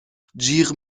جیغ